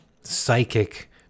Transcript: psychic